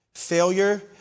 Failure